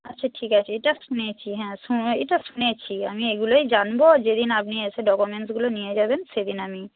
আচ্ছা ঠিক আছে এটা শুনেছি হ্যাঁ এটা শুনেছি আমি এগুলোই জানব যেদিন আপনি এসে ডকুমেন্টসগুলো নিয়ে যাবেন সেদিন আমি